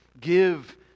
Give